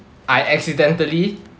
I accidentally